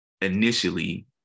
initially